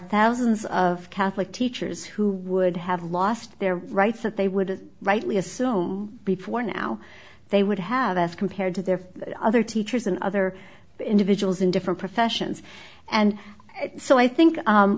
thousands of catholic teachers who would have lost their rights that they would rightly assume before now they would have as compared to their other teachers and other individuals in different professions and so i think